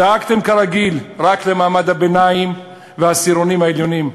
דאגתם כרגיל רק למעמד הביניים ולעשירונים העליונים.